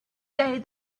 day